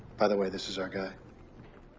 by the way, this is our guy.